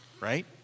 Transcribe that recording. right